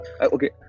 Okay